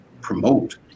promote